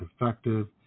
effective